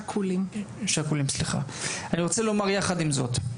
אני רוצה לומר יחד עם זאת,